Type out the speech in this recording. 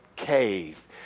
cave